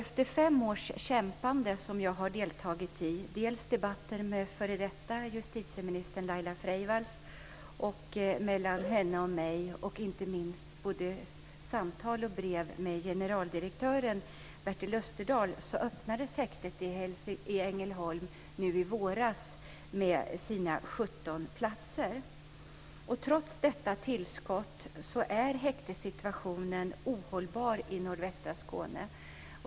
Efter fem års kämpande, som jag har deltagit i genom debatter med f.d. justitieminister Laila Freivalds och inte minst genom samtal och brev med generaldirektören Bertel Österdahl, öppnades häktet i Ängelholm nu i våras med sina 17 platser. Trots detta tillskott är häktessituationen ohållbar i nordvästra Skåne.